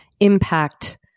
impact